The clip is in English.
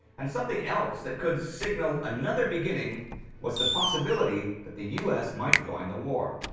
and something else that could signal another beginning was the possibility that the us might join the war.